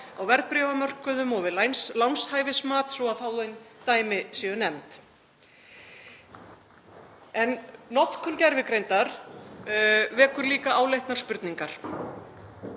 á verðbréfamörkuðum og við lánshæfismat svo að fáein dæmi séu nefnd. Notkun gervigreindar vekur líka áleitnar spurningar